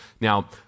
Now